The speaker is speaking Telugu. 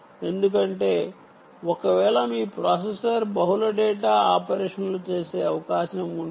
ఎందుకంటే ఒకవేళ మీ ప్రాసెసర్ బహుళ డేటా ఆపరేషన్లు చేసే అవకాశం ఉంటే